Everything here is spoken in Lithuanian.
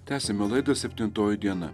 tęsiame laidą septintoji diena